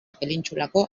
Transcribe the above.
penintsulako